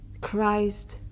Christ